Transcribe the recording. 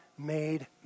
Made